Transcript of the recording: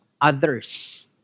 others